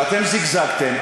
ואתם זיגזגתם,